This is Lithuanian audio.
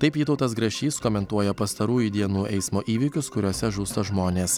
taip vytautas grašys komentuoja pastarųjų dienų eismo įvykius kuriuose žūsta žmonės